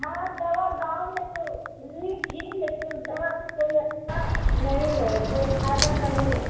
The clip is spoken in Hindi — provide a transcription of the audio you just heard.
हाँ दवा गाँव में तो ली थी लेकिन दवा से कोई अच्छा नहीं है कोई फायदा नहीं है